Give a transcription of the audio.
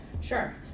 Sure